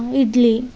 idli